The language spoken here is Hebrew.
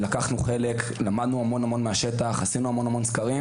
למדנו המון מהשטח ועשינו המון סקרים